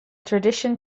tradition